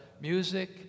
music